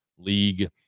league